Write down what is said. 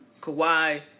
Kawhi